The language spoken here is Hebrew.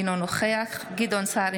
אינו נוכח גדעון סער,